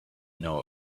know